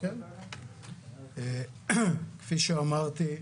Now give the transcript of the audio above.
כפי שאמרתי,